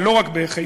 ולא רק בחיפה,